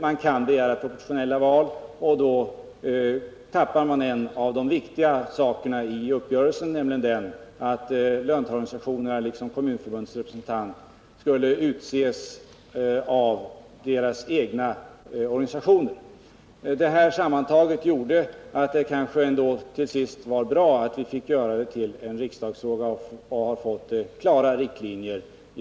Man kan begära proportionella val, och då tappar man en av de viktiga sakerna i uppgörelsen, nämligen att löntagarrepresentanterna liksom Kommunförbundets representant skulle utses av deras egna organisationer. Det här sammantaget gjorde att det kanske ändå till sist var bra att vi gjort detta till en riksdagsfråga och fått fram klara riktlinjer.